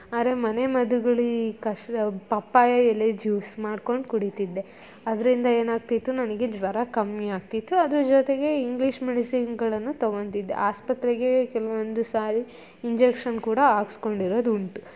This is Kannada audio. ಆದರೆ ಮನೆ ಮದ್ದುಗಳು ಈ ಕಶ ಪಪ್ಪಾಯ ಎಲೆ ಜ್ಯೂಸ್ ಮಾಡ್ಕೊಂಡು ಕುಡೀತಿದ್ದೆ ಅದರಿಂದ ಏನಾಗ್ತಿತ್ತು ನನಗೆ ಜ್ವರ ಕಮ್ಮಿ ಆಗ್ತಿತ್ತು ಅದರ ಜೊತೆಗೆ ಇಂಗ್ಲೀಷ್ ಮೆಡಿಸಿನ್ಗಳನ್ನು ತಗೊಳ್ತಿದ್ದೆ ಆಸ್ಪತ್ರೆಗೆ ಕೆಲವೊಂದು ಸಾರಿ ಇಂಜೆಕ್ಷನ್ ಕೂಡ ಹಾಕಿಸ್ಕೊಂಡಿರೋದು ಉಂಟು